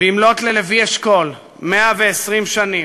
במלאות ללוי אשכול 120 שנים,